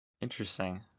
Interesting